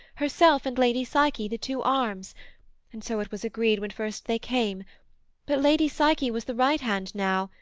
herself and lady psyche the two arms and so it was agreed when first they came but lady psyche was the right hand now,